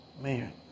man